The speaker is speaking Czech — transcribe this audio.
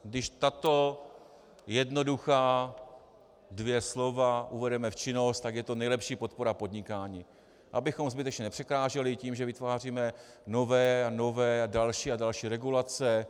Když tato jednoduchá dvě slova uvedeme v činnost, tak je to nejlepší podpora podnikání, abychom zbytečně nepřekáželi tím, že vytváříme nové a nové, další a další regulace.